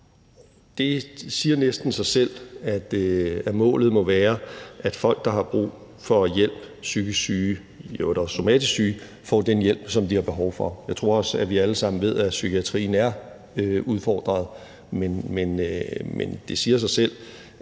Det siger næsten sig selv, at målet må være, at folk, der har brug for hjælp – psykisk syge og i øvrigt også somatisk syge – får den hjælp, som de har behov for. Jeg tror også, at vi alle sammen ved, at psykiatrien er udfordret, men det siger sig selv,